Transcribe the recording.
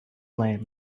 lame